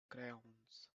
crayons